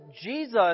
Jesus